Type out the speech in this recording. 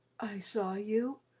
i saw you,